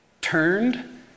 turned